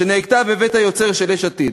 שנהגה בבית היוצר של יש עתיד,